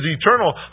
eternal